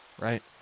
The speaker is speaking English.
right